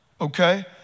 Okay